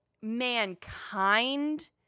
mankind